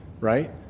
right